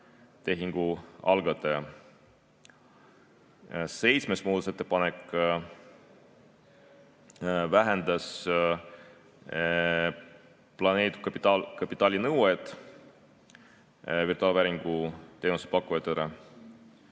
tehingu algataja. Seitsmes muudatusettepanek vähendas planeeritud kapitali nõuet virtuaalvääringu teenuse pakkujale.